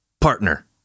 partner